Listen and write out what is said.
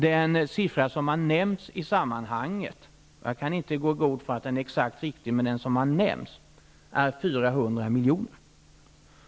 Den summa som har nämnts i sammanhanget -- jag kan inte gå i god för att den är exakt riktig -- är 400 Fru talman!